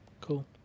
Cool